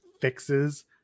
fixes